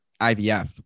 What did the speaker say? IVF